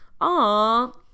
aww